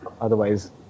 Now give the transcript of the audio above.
otherwise